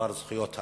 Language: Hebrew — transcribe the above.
בדבר זכויות האדם,